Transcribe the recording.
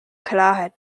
klarheit